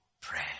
pray